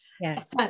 Yes